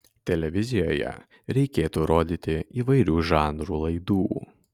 televizijoje reikėtų rodyti įvairių žanrų laidų